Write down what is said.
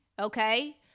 Okay